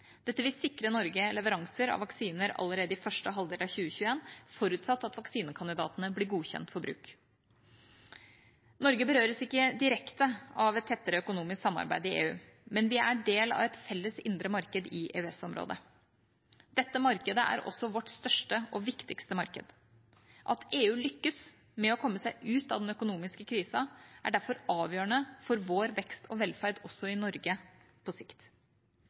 forutsatt at vaksinekandidatene blir godkjent for bruk. Norge berøres ikke direkte av et tettere økonomisk samarbeid i EU, men vi er del av et felles indre marked i EØS-området. Dette markedet er også vårt største og viktigste marked. At EU lykkes med å komme seg ut av den økonomiske krisa, er derfor avgjørende for vår vekst og velferd også i Norge på sikt.